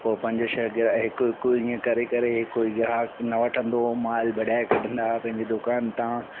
पो पंज छह हिकु हिकु ईअं करे करे कोई ग्राहक न वठंदो हुओ माल भॼाए कढंदा हुआ पंहिंजे दुकान तां